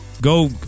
Go